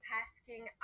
asking